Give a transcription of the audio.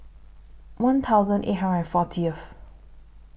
one thousand eight hundred and fortieth